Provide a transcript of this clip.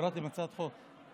הורדתם הצעת חוק.